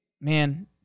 man